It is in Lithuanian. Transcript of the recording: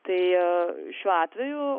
tai šiuo atveju